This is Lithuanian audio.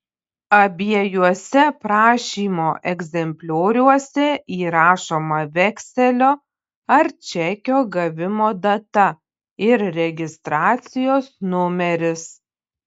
abiejuose prašymo egzemplioriuose įrašoma vekselio ar čekio gavimo data ir registracijos numeris